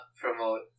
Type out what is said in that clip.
promote